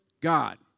God